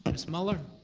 but miss muller?